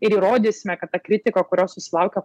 ir įrodysime kad ta kritika kurios susilaukia